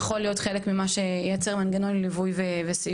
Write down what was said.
כי זה יכול להיות חלק מאיזה שהוא מנגנון של ליווי וסיוע.